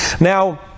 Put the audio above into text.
now